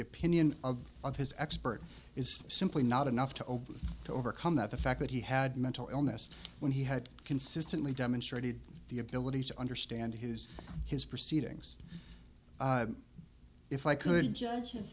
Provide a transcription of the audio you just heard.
opinion of his expert is simply not enough to open to overcome that the fact that he had mental illness when he had consistently demonstrated the ability to understand his his proceedings if i could